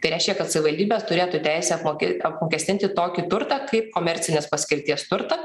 tai reiškia kad savivaldybės turėtų teisę apmoke apmokestinti tokį turtą kaip komercinės paskirties turtą